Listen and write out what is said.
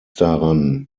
daran